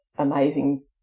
amazing